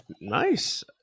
Nice